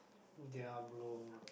Diablo